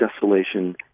desolation